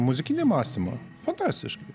muzikinį mąstymą fantastiškai